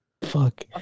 Fuck